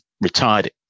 retired